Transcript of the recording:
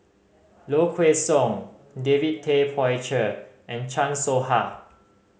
Low Kway Song David Tay Poey Cher and Chan Soh Ha